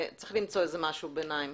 צריך למצוא משהו ביניים.